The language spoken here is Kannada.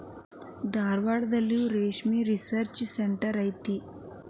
ಧಾರವಾಡದಲ್ಲಿಯೂ ರೇಶ್ಮೆ ರಿಸರ್ಚ್ ಸೆಂಟರ್ ಐತಿ